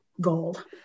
gold